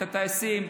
את הטייסים,